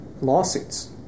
lawsuits